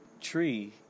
tree